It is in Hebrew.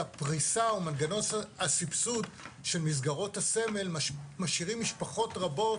הפריסה ומנגנון הסבסוד שמסגרות הסמל משאירים משפחות רבות